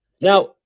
Now